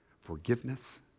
forgiveness